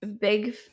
big –